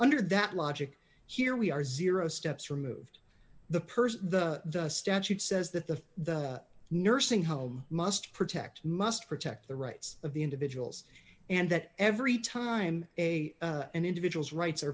under that logic here we are zero steps removed the person the statute says that the the nursing home must protect must protect the rights of the individuals and that every time a an individual's rights